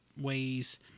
ways